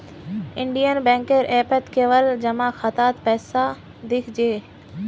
Indian बैंकेर ऐपत केवल जमा खातात पैसा दि ख छेक